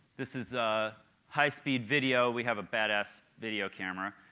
this is a high-speed video, we have a badass video camera,